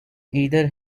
either